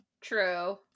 True